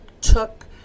took